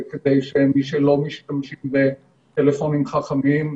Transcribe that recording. כדי שמי לא משתמשים בטלפונים חכמים,